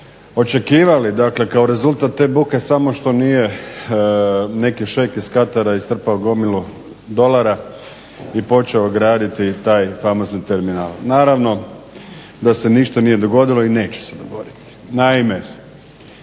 očekivali dakle kako rezultat te buke, samo što nije neki šeik iz Katara istrpao gomilu dolara i počeo graditi taj famozni terminal. Naravno, da se ništa nije dogodilo i neće se dogoditi.